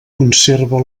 conserva